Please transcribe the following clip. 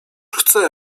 chce